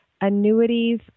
annuities